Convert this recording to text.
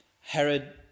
Herod